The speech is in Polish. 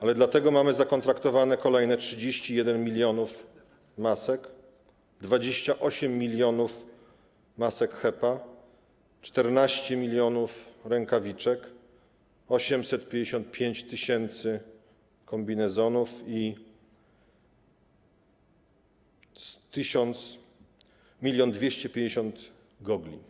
Ale dlatego mamy zakontraktowane kolejne 31 mln masek, 28 mln masek HEPA, 14 mln rękawiczek, 855 tys. kombinezonów i 1250 tys. gogli.